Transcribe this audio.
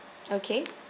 okay